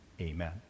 Amen